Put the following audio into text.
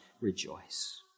rejoice